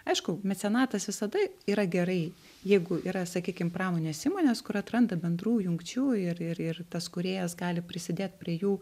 aišku mecenatas visada yra gerai jeigu yra sakykim pramonės įmonės kur atranda bendrų jungčių ir ir ir tas kūrėjas gali prisidėt prie jų